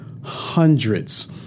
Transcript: hundreds